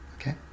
Okay